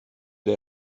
der